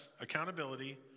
accountability